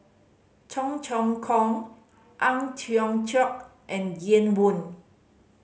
Cheong Choong Kong Ang Tiong Chiok and Ian Woo